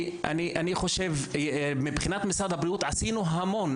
אני חושב שעשינו המון,